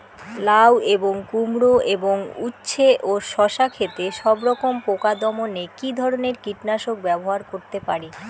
লাউ এবং কুমড়ো এবং উচ্ছে ও শসা ক্ষেতে সবরকম পোকা দমনে কী ধরনের কীটনাশক ব্যবহার করতে পারি?